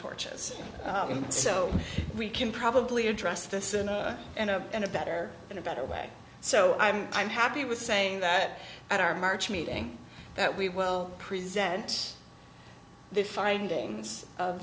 torches so we can probably address this in a in a in a better in a better way so i'm i'm happy with saying that at our march meeting that we will present the findings of